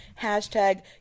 hashtag